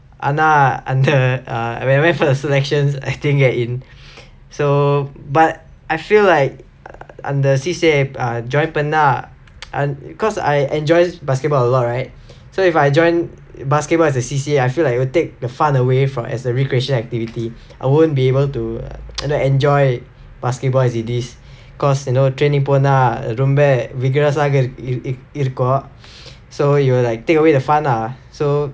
ஆனா அந்த:aanaa antha when I went for the selections I didn't get in so but I feel like அந்த:antha C_C_A join பண்ணா:pannaa cause I enjoys basketball a lot right so if I join basketball as a C_C_A I feel like it will take the fun away from as a recreational activity I won't be able to enjoy basketball as it is cause you know training போனா ரொம்ப:ponaa romba vigorous ஆக இரு இருக்கும்:aaga iru irukkum so it will like take away the fun lah so